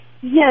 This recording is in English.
Yes